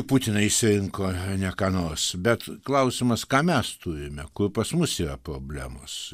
putiną išsirinko ne ką nors bet klausimas ką mes turime kur pas mus yra problemos